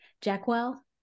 Jackwell